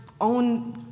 own